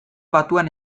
batuan